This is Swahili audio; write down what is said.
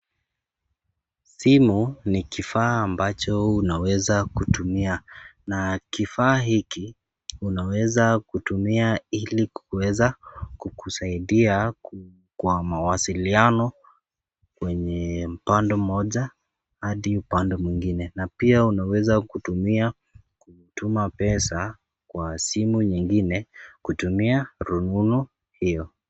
Simu ni kifaa ambacho unaweza kutumia na kifaa hiki unaweza kutumia ili kukuweza kukusaidia kwa mawasiliano kwenye upande mmoja hadi upande mwingine. Na pia unaweza kutumia kutuma pesa kwa simu nyingine kutumia rununu hio.